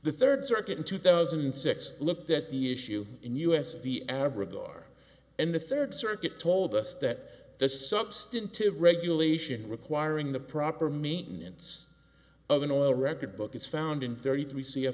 the third circuit in two thousand and six looked at the issue in u s v ab regard and the third circuit told us that there's substantive regulation requiring the proper maintenance of an oil record book is found in thirty three